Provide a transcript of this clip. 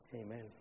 amen